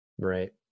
right